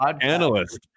Analyst